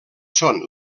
són